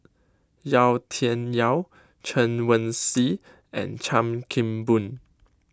Yau Tian Yau Chen Wen Hsi and Chan Kim Boon